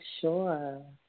sure